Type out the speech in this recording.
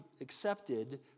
accepted